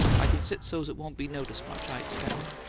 i can sit so's it won't be noticed much, i expect.